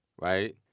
right